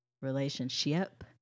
relationship